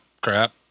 crap